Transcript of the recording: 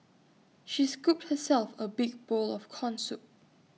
she scooped herself A big bowl of Corn Soup